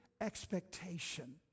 expectation